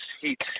heat